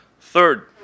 Third